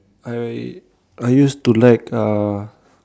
I I used to like uh